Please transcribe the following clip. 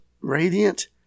radiant